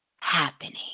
happening